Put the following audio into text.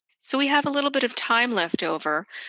so we have a little bit of time left over.